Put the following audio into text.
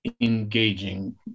engaging